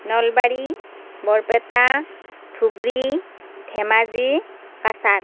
Nalbari Barpeta Dhubri Dhemaji Cachar